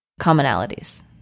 commonalities